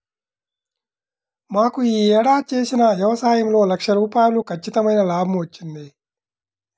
మాకు యీ ఏడాది చేసిన యవసాయంలో లక్ష రూపాయలు ఖచ్చితమైన లాభం వచ్చింది